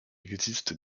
existe